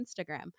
Instagram